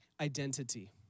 identity